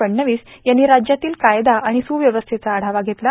फडणवीस यांनी राज्यातील कायदा आणि सुव्यवस्थेचा आढावा घेतला